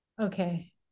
Okay